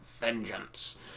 Vengeance